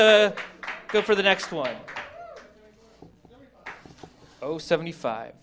s go for the next one oh seventy five